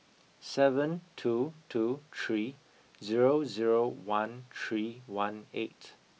seven two two three zero zero one three one eight